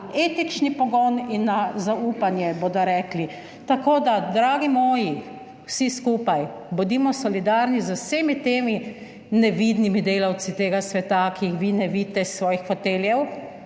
etični pogon in na zaupanje, bodo rekli. Tako da, dragi moji, vsi skupaj, bodimo solidarni z vsemi temi nevidnimi delavci tega sveta, ki jih vi ne vidite iz svojih foteljev,